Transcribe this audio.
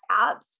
apps